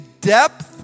depth